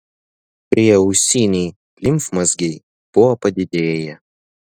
prieausiniai limfmazgiai buvo padidėję